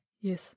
Yes